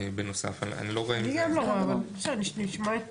בנוסף אני לא רואה עם זה --- בסדר, נשמע את